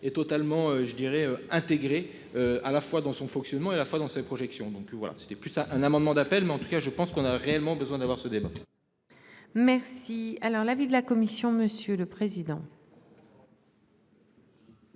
est totalement je dirais intégré. À la fois dans son fonctionnement et la foi dans ses projections. Donc voilà c'était plus à un amendement d'appel mais en tout cas je pense qu'on a réellement besoin d'avoir ce débat. Merci. Alors l'avis de la commission, monsieur le président.